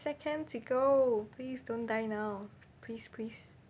seconds to go please don't die now please please